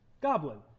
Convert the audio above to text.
Goblin